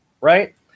right